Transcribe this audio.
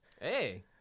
hey